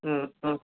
ꯎꯝ ꯎꯝ